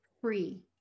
free